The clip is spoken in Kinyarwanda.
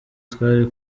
twari